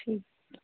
ਠੀਕ